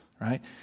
right